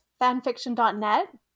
fanfiction.net